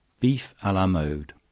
beef a la mode.